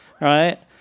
right